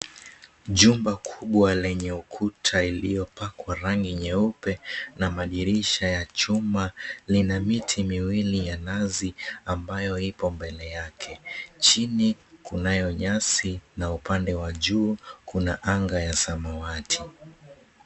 Jumba kubwa lenye ukuta uliopakwa rangi nyeupe na madirisha ya chuma, lina miti miwili ya nazi ambayo ipo mbele yake. Chini kunayo nyasi, na upande wa juu kuna anga ya samawati.